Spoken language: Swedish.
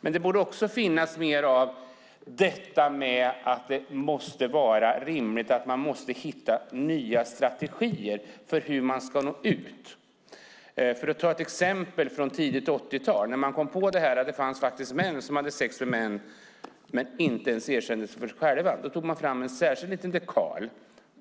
Men det borde också finnas mer av att det måste vara rimligt att hitta nya strategier för hur man ska nå ut. Jag kan ta ett exempel från tidigt 80-tal, när man kom på att det faktiskt fanns män som hade sex med män men inte ens erkände det för sig själva. Då tog man fram en särskild liten dekal, ett